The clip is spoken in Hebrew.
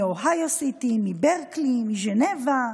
מאוהיו סיטי, מברקלי, מז'נבה,